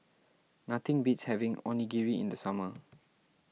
nothing beats having Onigiri in the summer